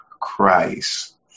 Christ